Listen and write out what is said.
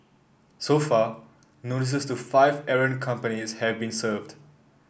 so far notices to five errant companies have been served